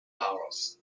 hours